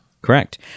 Correct